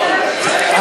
לא, "יכול להיות" לא.